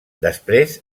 després